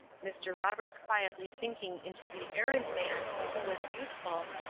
mr. roberts quietly sinking into the errand man who was useful,